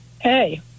Hey